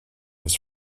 his